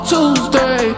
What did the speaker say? Tuesday